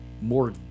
more